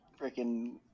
freaking